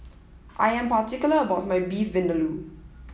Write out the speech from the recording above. I am particular about my Beef Vindaloo